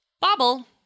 bobble